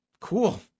cool